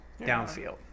downfield